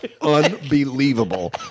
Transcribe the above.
unbelievable